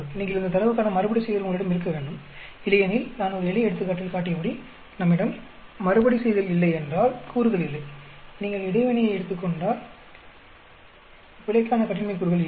நீங்கள் இந்த தரவுக்கான மறுபடிசெய்தல் உங்களிடம் இருக்க வேண்டும் இல்லையெனில் நான் ஒரு எளிய எடுத்துக்காட்டில் காட்டியபடி நம்மிடம் மறுபடிசெய்தல் இல்லை என்றால் கூறுகள் இல்லை நீங்கள் இடைவினையை எடுத்துக்கொண்டால் பிழைக்கான கட்டின்மை கூறுகள் இல்லை